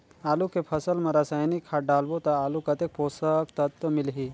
आलू के फसल मा रसायनिक खाद डालबो ता आलू कतेक पोषक तत्व मिलही?